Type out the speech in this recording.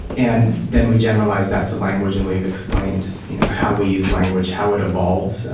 and then we generalised that to language and we've explained you know how we use language, how it evolved,